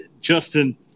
Justin